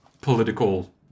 political